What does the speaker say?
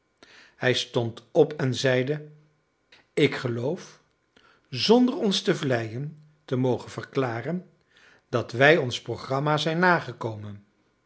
hij stond op en zeide ik geloof zonder ons te vleien te mogen verklaren dat wij ons programma zijn nagekomen